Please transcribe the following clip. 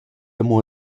amo